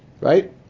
Right